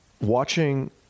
watching